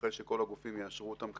אחרי שכל הגופים יאשרו אותם.